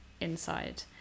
inside